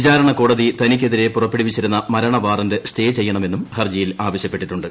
വിചാരണ കോടതി തനിക്കെതിരെ പുറപ്പെടുവിച്ചിരിക്കുന്ന മരണ വാറന്റ് സ്റ്റേ ചെയ്യണമെന്നും ഹർജിയിൽ ആവശ്യപ്പെട്ടിട്ടുണ്ട്